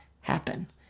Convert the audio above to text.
happen